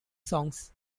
songs